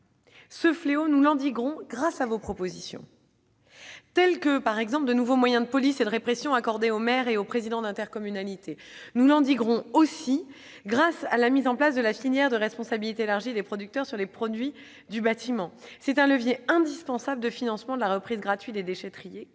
Ce fléau, nous l'endiguerons grâce aux dispositions que vous avez introduites, comme l'attribution de nouveaux moyens de police et de répression aux maires et aux présidents d'intercommunalité. Nous l'endiguerons aussi grâce à la mise en place de la filière de responsabilité élargie des producteurs (REP) pour les produits du bâtiment. C'est un levier indispensable de financement de la reprise gratuite des déchets triés